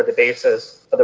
of the basis of the